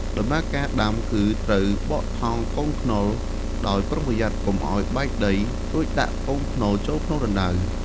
ដំណើរការដាំគឺត្រូវបកថង់កូនខ្នុរដោយប្រុងប្រយ័ត្នកុំឲ្យបែកដី រួចដាក់កូនខ្នុរចូលក្នុងរណ្តៅ។